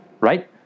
right